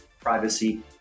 privacy